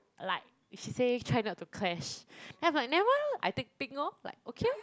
like she say try not to clash then I was like never mind loh I take pink orh like okay loh